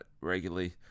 regularly